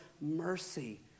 mercy